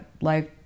life